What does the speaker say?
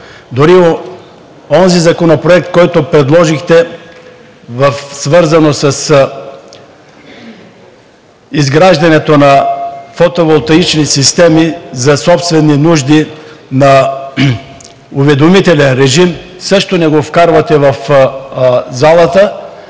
дори онзи Законопроект, който предложихте, свързан с изграждането на фотоволтаични системи за собствени нужди на уведомителен режим, също не го вкарвате в залата,